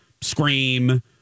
scream